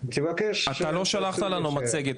אתה לא שלחת לנו מצגת,